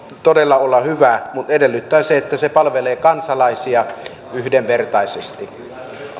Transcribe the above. todella olla hyvä mutta se edellyttää sitä että se palvelee kansalaisia yhdenvertaisesti